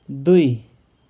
दुई